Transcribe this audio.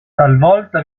talvolta